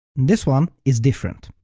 this one is different.